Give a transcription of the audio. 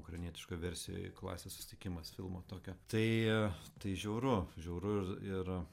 ukrainietiškoj versijoj klasės susitikimas filmo tokio tai tai žiauru žiauru ir ir